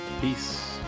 peace